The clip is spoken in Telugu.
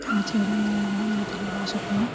అలా చేయడం వలన కూడా మన తెలుగు భాషకున్న